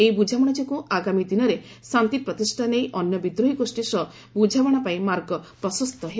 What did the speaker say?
ଏହି ବୁଝାମଣା ଯୋଗୁଁ ଆଗାମୀ ଦିନରେ ଶାନ୍ତି ପ୍ରତିଷ୍ଠା ନେଇ ଅନ୍ୟ ବିଦ୍ରୋହୀ ଗୋଷ୍ଠୀ ସହ ବୁଝାମଣା ପାଇଁ ମାର୍ଗ ପ୍ରଶସ୍ତ ହେବ